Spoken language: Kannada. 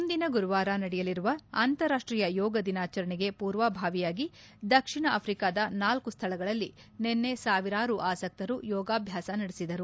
ಮುಂದಿನ ಗುರುವಾರ ನಡೆಯಲಿರುವ ಅಂತಾರಾಷ್ಟೀಯ ಯೋಗ ದಿನಾಚರಣೆಗೆ ಪೂರ್ವಭಾವಿಯಾಗಿ ದಕ್ಷಿಣ ಆಫ್ರಿಕಾದ ನಾಲ್ಕ ಸ್ಥಳಗಳಲ್ಲಿ ನಿನ್ನೆ ಸಾವಿರಾರು ಆಸಕ್ತರು ಯೋಗಾಭ್ಯಾಸ ನಡೆಸಿದರು